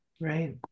right